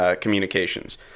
communications